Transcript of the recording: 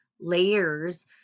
layers